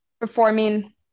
Performing